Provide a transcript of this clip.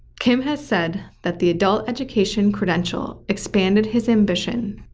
kim has said that the adult education credential expanded his ambition,